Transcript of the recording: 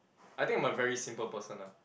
I think I'm a very simple person lah